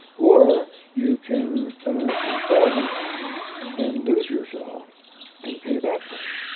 or you can conform and lose yourself and pay that price.